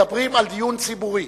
מדברים על דיון ציבורי.